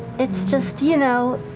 it's just you know,